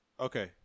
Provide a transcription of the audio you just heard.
Okay